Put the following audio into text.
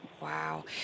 Wow